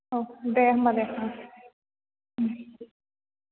औ दे होनबा दे ओं